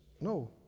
no